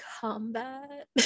combat